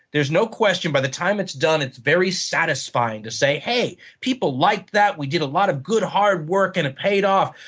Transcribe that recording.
there's no question. by the time it's done, it's very satisfying to say hey, people liked that. we did a lot of good, hard work and it paid off.